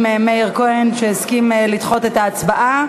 מאיר כהן שהסכים לדחות את ההצבעה.